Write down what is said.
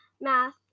math